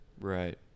Right